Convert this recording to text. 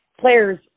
players